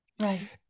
right